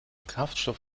kraftstoff